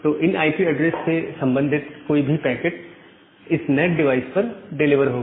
तो इन IP address से संबंधित कोई भी पैकेट इस नैट डिवाइस पर डिलीवर होगा